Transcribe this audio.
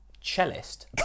cellist